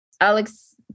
Alex